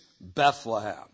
Bethlehem